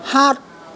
সাত